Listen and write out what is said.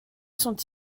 sont